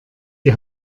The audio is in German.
die